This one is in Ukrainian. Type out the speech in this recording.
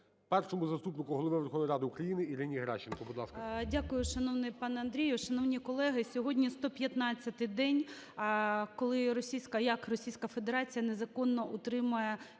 Першому заступнику Голови Верховної Ради України Ірині Геращенко.